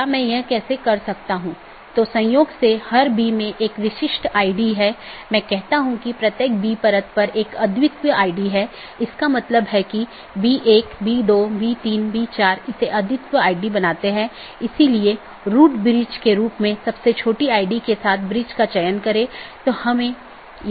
जैसे मैं कहता हूं कि मुझे वीडियो स्ट्रीमिंग का ट्रैफ़िक मिलता है या किसी विशेष प्रकार का ट्रैफ़िक मिलता है तो इसे किसी विशेष पथ के माध्यम से कॉन्फ़िगर या चैनल किया जाना चाहिए